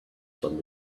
some